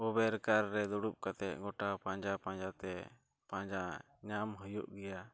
ᱨᱮ ᱫᱩᱲᱩᱵ ᱠᱟᱛᱮᱫ ᱜᱚᱴᱟ ᱯᱟᱸᱡᱟᱼᱯᱟᱸᱡᱟᱛᱮ ᱯᱟᱸᱡᱟ ᱧᱟᱢ ᱦᱩᱭᱩᱜ ᱜᱮᱭᱟ